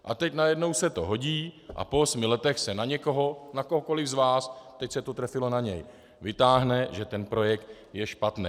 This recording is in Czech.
A teď najednou se to hodí a po osmi letech se na někoho, na kohokoliv z nás, teď se to trefilo na něj, vytáhne, že ten projekt je špatný.